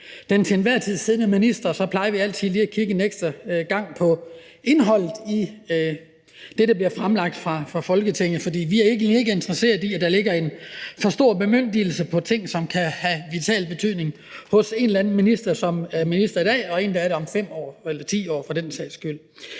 den til enhver tid siddende minister, så altid lige plejer at kigge en ekstra gang på indholdet i det, der bliver fremlagt for Folketinget. For vi er egentlig ikke interesserede i, at der ligger en for stor bemyndigelse i forhold til nogle ting, som kan have vital betydning, hos en eller anden minister, som er minister i dag eller er det om 5 år eller 10 år for den sags skyld.